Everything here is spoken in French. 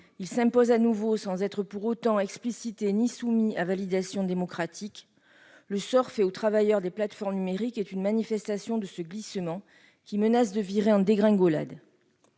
Il s'impose de nouveau, sans être pour autant ni explicité ni soumis à validation démocratique. Le sort fait aux travailleurs des plateformes numériques est une manifestation de ce glissement, qui menace de virer en dégringolade.